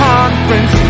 Conference